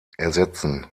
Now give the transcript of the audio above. ersetzen